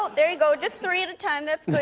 ah there you go. just three at a time. that's